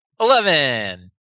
eleven